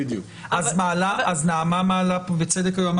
נעמה מעלה פה בצדק את